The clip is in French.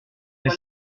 est